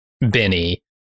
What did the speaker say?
Benny